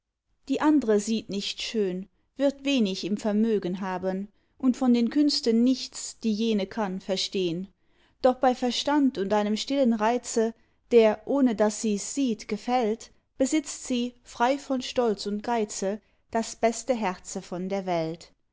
die andre sieht nicht schön wird wenig im vermögen haben und von den künsten nichts die jene kann verstehn doch bei verstand und einem stillen reize der ohne daß sies sieht gefällt besitzt sie frei von stolz und geize das beste herze von der welt